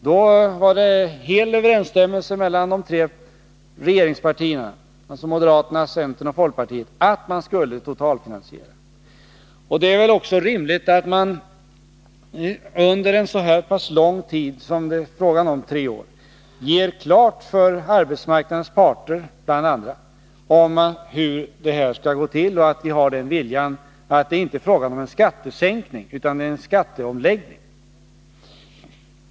Då var det full överensstämmelse mellan de tre regeringspartierna, alltså moderaterna, centern och folkpartiet, om att man skulle totalfinansiera reformen. Det är väl också rimligt att man när det gäller en reform som genomförs under så lång tid som det här är fråga om — tre år — gör klart för arbetsmarknadens parter hur detta skall gå till och att det inte är fråga om en skattesänkning utan om en skatteomläggning.